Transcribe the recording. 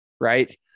right